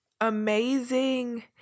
amazing